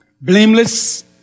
Blameless